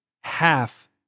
half